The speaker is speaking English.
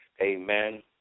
Amen